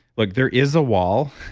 look, there is a wall,